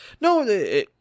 No